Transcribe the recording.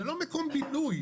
זה לא מקום בילוי,